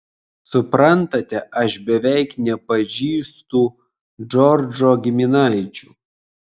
suprantate aš beveik nepažįstu džordžo giminaičių